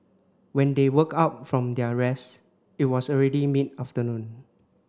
when they woke up from their rest it was already mid afternoon